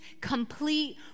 complete